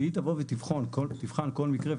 כשהיא תבוא ותבחן כל מקרה,